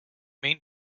main